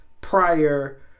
prior